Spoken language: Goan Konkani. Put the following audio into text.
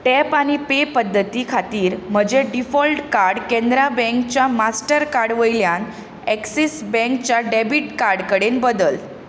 टॅप आनी पे पद्दती खातीर म्हजें डिफॉल्ट कार्ड कॅनरा बँकच्या मास्टरकार्ड वयल्यान ऍक्सिस बँकच्या डेबीट कार्ड कडेन बदल